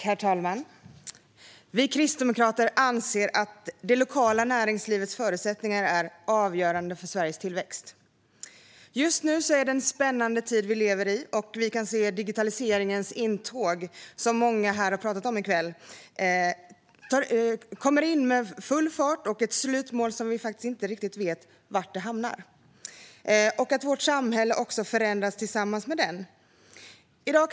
Herr talman! Vi kristdemokrater anser att det lokala näringslivets förutsättningar är avgörande för Sveriges tillväxt. Just nu är det en spännande tid vi lever i. Vi kan se digitaliseringens intåg, som många har pratat om i kväll. Digitaliseringen kommer in med full fart, och vi vet faktiskt inte riktigt vilket slutmålet är. Vårt samhälle förändras också tillsammans med digitaliseringen.